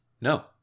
No